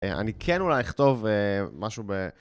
אני כן אולי אכתוב משהו ב...